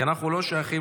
כי אנחנו לא שייכים,